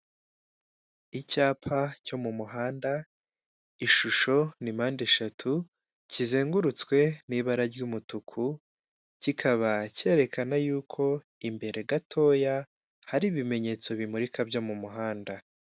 Icyapa cyo mu muhanda. Ishusho ni mpandeshatu kizengurutswe n'ibara ry'umutuku; kikaba cyerekana yuko imbere gatoya hari ibimenyetso bimurika byo mu muhanda.